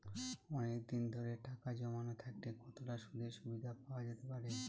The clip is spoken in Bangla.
অনেকদিন ধরে টাকা জমানো থাকলে কতটা সুদের সুবিধে পাওয়া যেতে পারে?